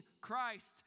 Christ